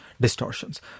distortions